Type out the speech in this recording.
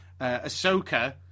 Ahsoka